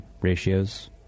ratios